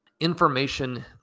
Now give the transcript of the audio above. information